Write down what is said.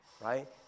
right